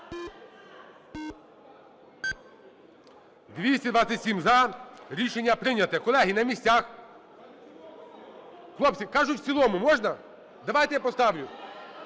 За-227 Рішення прийнято. Колеги, на місцях. Хлопці, кажуть, в цілому. Можна? Давайте я поставлю.